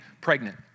pregnant